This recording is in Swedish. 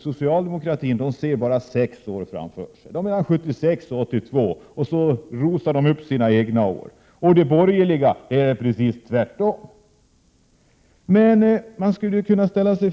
Socialdemokraterna ser bara till de sex borgerliga åren, mellan 1976 och 1982, och berömmer sig över de socialdemokratiska åren. De borgerliga gör precis tvärtom.